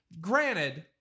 Granted